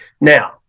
now